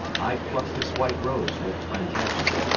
i pluck this white rose with plantagenet